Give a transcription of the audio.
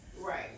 Right